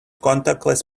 contactless